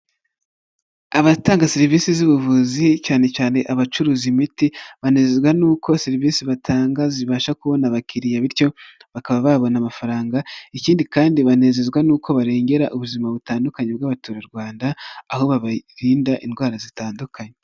Abatanga serivisi z'ubuvuzi, cyane cyane abacuruza imiti, banezezwa n'uko serivisi batanga zibasha kubona abakiriya, bityo bakaba babona amafaranga. ikindi kandi banezezwa n'uko barengera ubuzima butandukanye bw'abaturarwanda aho babarinda indwara zitandukanye.